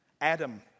Adam